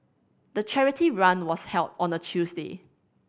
the charity run was held on a Tuesday